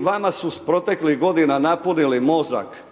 vama su proteklih godina napunili mozak